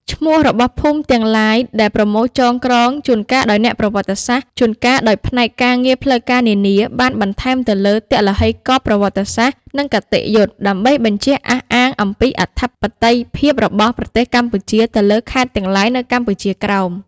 ឈ្មោះរបស់ភូមិទាំងឡាយដែលប្រមូលចង ក្រង ជួនកាលដោយអ្នកប្រវត្តិសាស្ត្រ ជួនកាលដោយផ្នែកការងារផ្លូវការនានា បានបន្ថែមទៅលើទឡឹករណ៍ប្រវត្តិសាស្ត្រ និងគតិយុត្តិ ដើម្បីបញ្ជាក់អះអាងអំពី អធិបតីភាពរបស់ប្រទេសកម្ពុជាទៅលើខេត្តទាំងឡាយនៅកម្ពុជាក្រោម ។